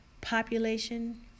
population